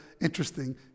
interesting